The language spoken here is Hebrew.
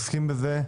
עוסקים בזה,